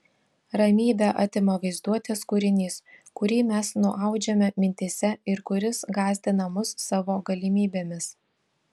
ramybę atima vaizduotės kūrinys kurį mes nuaudžiame mintyse ir kuris gąsdina mus savo galimybėmis